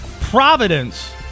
Providence